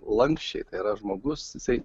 lanksčiai tai yra žmogus jisai